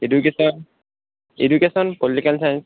education education political science